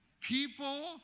people